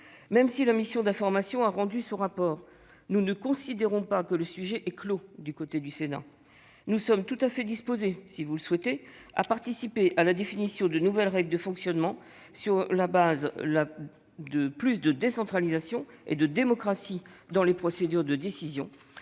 Même si la mission commune d'information a rendu son rapport, nous ne considérons pas, du côté du Sénat, que le sujet soit clos. Nous sommes tout à fait disposés, si vous le souhaitez, à participer à la définition de nouvelles règles de fonctionnement sur la base de davantage de décentralisation et de démocratie dans les procédures de décision.